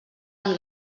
amb